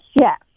yes